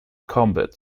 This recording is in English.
combat